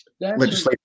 legislation